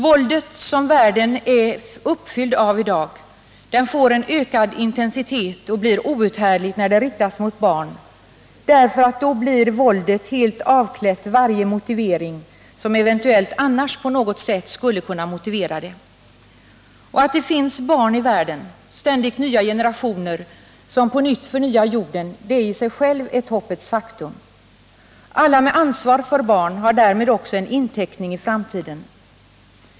Våldet, av vilket världen i dag är uppfylld, får en ökad intensitet och blir outhärdligt när det riktas mot barn, därför att då blir våldet helt avklätt varje motivering, som eventuellt annars på något sätt skulle kunna rättfärdiga det. Att det finns barn i världen, ständigt nya generationer som på nytt förnyar jorden, är i sig själv ett hoppets faktum. Alla med ansvar för barn har därmed också en inteckning i framtiden.